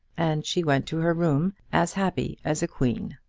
and she went to her room as happy as a queen.